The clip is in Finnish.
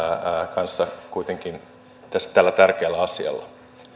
kanssa tällä tärkeällä asialla